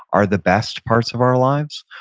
are the best parts of our lives,